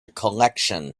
collection